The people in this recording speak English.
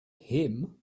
him